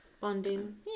bonding